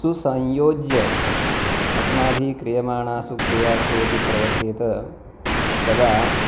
सुसंयोज्य अस्मभिः क्रियमाणासु क्रियासु यदि प्रवर्तेत तदा